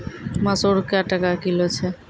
मसूर क्या टका किलो छ?